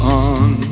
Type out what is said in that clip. on